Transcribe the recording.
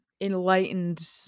enlightened